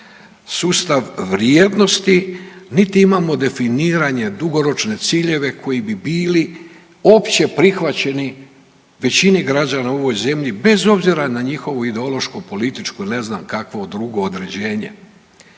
sustav vrijednosti, niti imamo definirane dugoročne ciljeve koji bi bili opće prihvaćeni većini građana u ovoj zemlji bez obzira na njihovo ideološko, političko ili ne znam kakvo drugo određenje.